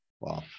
wow